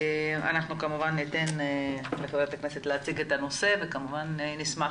כמובן אתן לחברת הכנסת להציג את הנושא וכמובן נשמח